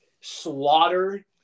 slaughtered